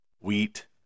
wheat